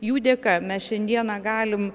jų dėka mes šiandieną galim